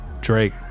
Drake